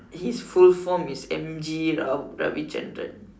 full form is M_G Rav~ RaviChandran